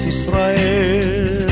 Israel